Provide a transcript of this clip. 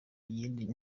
yindi